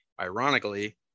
ironically